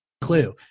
Clue